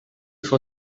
for